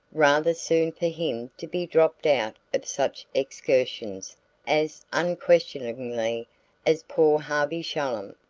rather soon for him to be dropped out of such excursions as unquestioningly as poor harvey shallum.